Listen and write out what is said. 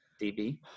DB